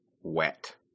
wet